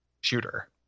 shooter